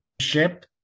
ship